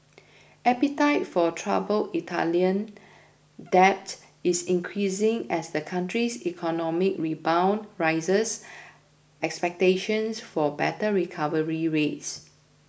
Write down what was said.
appetite for troubled Italian debt is increasing as the country's economic rebound raises expectations for better recovery rates